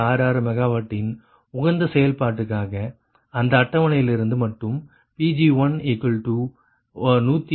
66 MW இன் உகந்த செயல்பாட்டுக்காக இந்த அட்டவணையிலிருந்து மட்டும் Pg1161